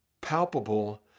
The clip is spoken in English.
palpable